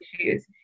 issues